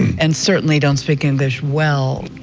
and certainly don't speak english well.